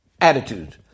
attitude